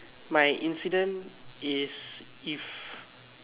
my incident is if